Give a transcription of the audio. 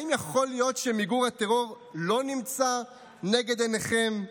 האם יכול להיות שמיגור הטרור לא נמצא נגד עיניכם?